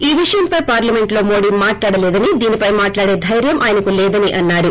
ఈ విషయంపై పార్లమెంటులో మోదీ మాట్లాడలేదని దీనిపై మాట్లాడే దైర్యం ఆయనకు లేదని అన్నారు